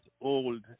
old